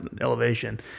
elevation